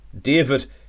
David